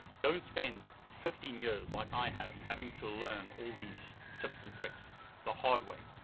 don't spend fifteen years like i have, having to learn all these tips and tricks the hard way.